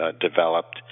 developed